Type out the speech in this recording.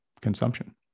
consumption